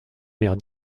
mère